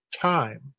time